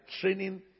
training